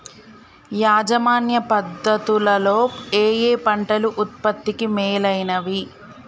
యాజమాన్య పద్ధతు లలో ఏయే పంటలు ఉత్పత్తికి మేలైనవి?